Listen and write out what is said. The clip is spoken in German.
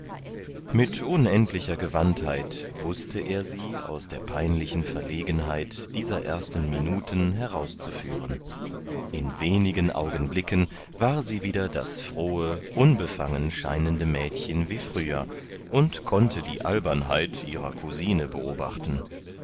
mit unendlicher gewandtheit wußte er sie aus der peinlichen verlegenheit dieser ersten minuten herauszuführen in wenigen augenblicken war sie wieder das frohe unbefangen scheinende mädchen wie früher und konnte die albernheit ihrer cousine beobachten